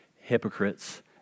hypocrites